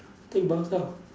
take bus lah